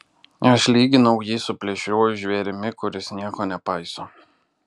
aš lyginau jį su plėšriuoju žvėrimi kuris nieko nepaiso